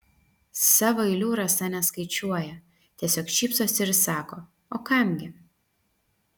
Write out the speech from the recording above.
savo eilių rasa neskaičiuoja tiesiog šypsosi ir sako o kam gi